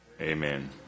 Amen